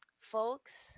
Folks